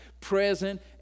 present